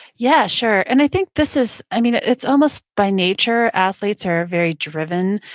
yeah, sure. and i think this is, i mean, it's almost, by nature, athletes are very driven.